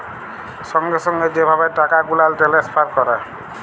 সঙ্গে সঙ্গে যে ভাবে টাকা গুলাল টেলেসফার ক্যরে